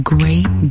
Great